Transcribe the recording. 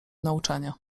nauczania